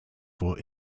for